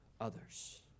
others